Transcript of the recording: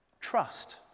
trust